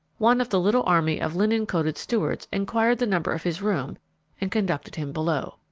one of the little army of linen-coated stewards enquired the number of his room and conducted him below.